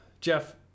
jeff